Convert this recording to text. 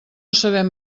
sabem